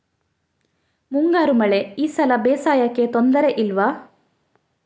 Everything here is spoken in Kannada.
ಮುಂಗಾರು ಮಳೆ ಈ ಸಲ ಬೇಸಾಯಕ್ಕೆ ತೊಂದರೆ ಇಲ್ವ?